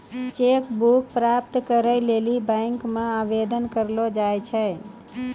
cheque book प्राप्त करै लेली बैंक मे आवेदन करलो जाय छै